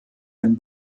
ein